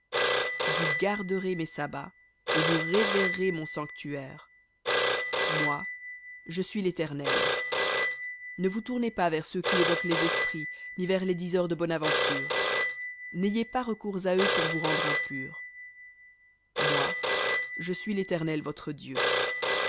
vous garderez mes sabbats et vous révérerez mon sanctuaire moi je suis léternel ne vous tournez pas vers ceux qui évoquent les esprits ni vers les diseurs de bonne aventure n'ayez pas recours à eux pour vous rendre impurs moi je suis l'éternel votre dieu